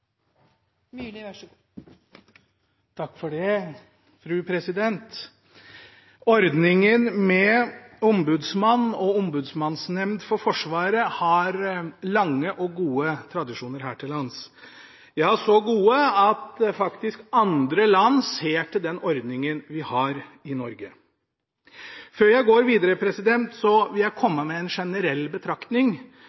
Ordningen med ombudsmann og ombudsmannsnemnd for Forsvaret har lange og gode tradisjoner her til lands – så gode at andre land faktisk ser til den ordningen vi har i Norge. Før jeg går videre, vil jeg